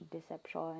deception